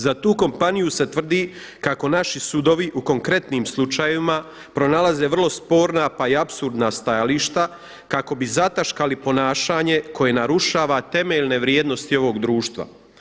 Za tu kompaniju se tvrdi kako naši sudovi u konkretnim slučajevima pronalaze vrlo sporna pa i apsurdna stajališta kako bi zataškali ponašanje koje narušava temeljne vrijednosti ovog društva.